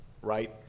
right